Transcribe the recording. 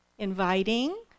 inviting